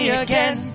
again